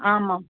ஆமாம்